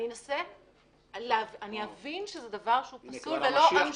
אני אבין שזה דבר שהוא פסול ולא אמשיך לצפות?